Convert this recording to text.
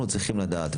אנחנו צריכים לדעת,